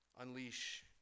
unleash